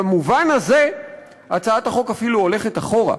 במובן הזה הצעת החוק אפילו הולכת אחורה.